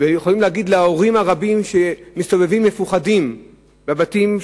להגיד להורים הרבים שמסתובבים מפוחדים בבתים,